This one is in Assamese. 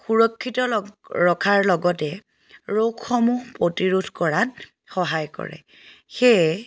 সুৰক্ষিত ৰখাৰ লগতে ৰোগসমূহ প্ৰতিৰোধ কৰাত সহায় কৰে সেয়ে